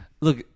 Look